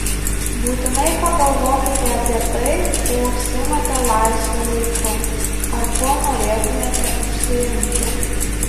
būtinai pagalvokite apie tai kuo užsiimate laisvu laiku ar kuo norėtumėte užsiimti